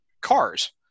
cars